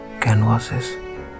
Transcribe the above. canvases